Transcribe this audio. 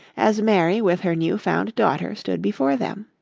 as mary with her new-found daughter stood before them.